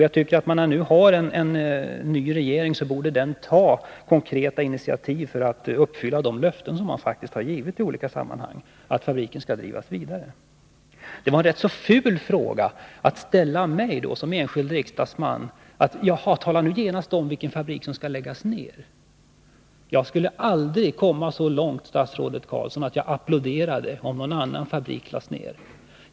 Jag tycker att den nya regeringen nu bör ta konkreta initiativ för att uppfylla de löften som man faktiskt har gett i olika sammanhang, nämligen att fabriken skall drivas vidare. Det var ganska fult att ställa mig som enskild riksdagsman mot väggen med följande krav: ”Jaha, tala genast om vilken fabrik som skall läggas ner!” Jag 83 att rädda sysselsättningen i Skinnskatteberg skulle aldrig gå så långt, statsrådet Carlsson, att jag applåderade om någon annan fabrik lades ner.